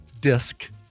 disc